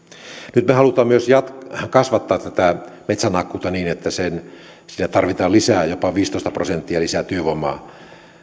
nyt me haluamme myös kasvattaa tätä metsänhakkuuta niin että siihen tarvitaan jopa viisitoista prosenttia lisää työvoimaa